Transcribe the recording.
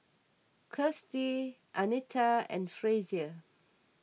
Kirstie Anita and Frazier